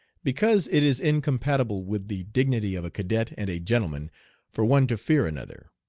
because it is incompatible with the dignity of a cadet and a gentleman for one to fear another.